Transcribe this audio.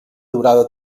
durada